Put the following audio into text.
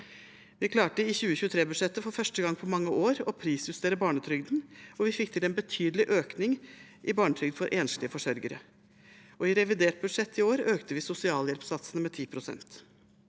Vi klarte i 2023-budsjettet for første gang på mange år å prisjustere barnetrygden, og vi fikk til en betydelig økning i barnetrygd for enslige forsørgere. I revidert budsjett i år økte vi sosialhjelpssatsene med 10 pst.